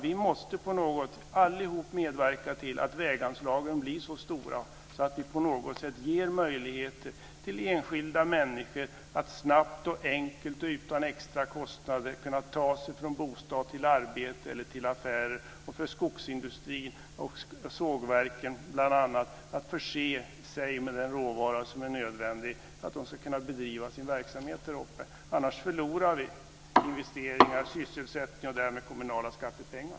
Vi måste alla medverka till att väganslagen blir så stora att de på något sätt ger möjligheter till enskilda människor att snabbt, enkelt och utan extra kostnader ta sig från bostad till arbete eller till affärer. För skogsindustrin och sågverken gäller det bl.a. att förse sig med den råvara som är nödvändig för att de ska kunna bedriva sin verksamhet däruppe. Annars förlorar vi investeringar, sysselsättning och därmed kommunala skattepengar.